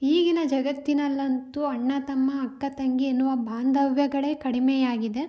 ಈಗಿನ ಜಗತ್ತಿನಲ್ಲಂತೂ ಅಣ್ಣ ತಮ್ಮ ಅಕ್ಕ ತಂಗಿ ಎನ್ನುವ ಬಾಂಧವ್ಯಗಳೇ ಕಡಿಮೆಯಾಗಿದೆ